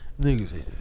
Niggas